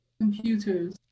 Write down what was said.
Computers